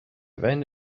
event